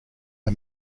are